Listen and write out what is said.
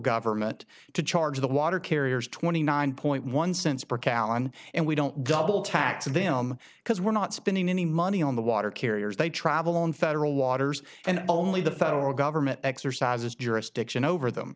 government to charge the water carriers twenty nine point one cents per gallon and we don't double tax them because we're not spending any money on the water carriers they travel on federal waters and only the federal government exercises jurisdiction over them